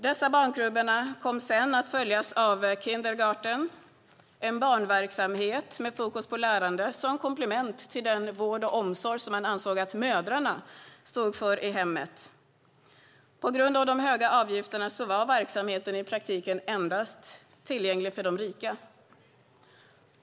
Dessa barnkrubbor kom sedan att följas av kindergarten, en barnverksamhet med fokus på lärande som komplement till den vård och omsorg som man ansåg att mödrarna stod för i hemmen. På grund av de höga avgifterna var verksamheten i praktiken endast tillgänglig för de rika.